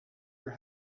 your